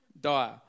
die